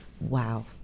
Wow